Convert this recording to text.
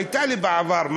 הייתה לי בעבר.